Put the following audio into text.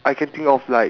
the